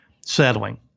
settling